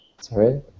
Sorry